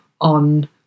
on